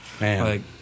Man